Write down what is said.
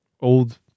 old